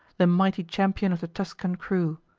the mighty champion of the tuscan crew.